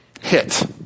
hit